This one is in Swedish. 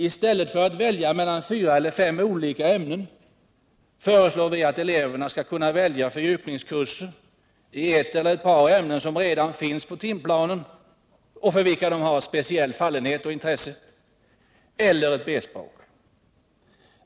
I stället för att välja mellan fyra eller fem olika ämnen föreslår vi att eleverna skall kunna välja fördjupningskurs i ett eller ett par ämnen som redan finns på timplanen och för vilka de har speciell fallenhet och intresse eller i ett B-språk.